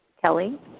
Kelly